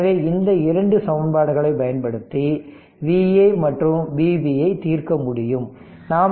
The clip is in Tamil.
எனவே இந்த 2 சமன்பாடுகளை பயன்படுத்தி Va மற்றும் Vb ஐ தீர்க்க முடியும